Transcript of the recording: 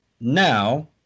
now